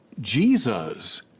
Jesus